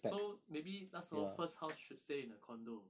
so maybe 那时候 first house should stay in a condo